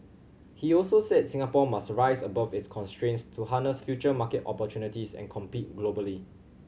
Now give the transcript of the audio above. he also said Singapore must rise above its constraints to harness future market opportunities and compete globally